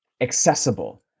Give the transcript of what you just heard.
accessible